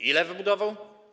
Ile wybudował?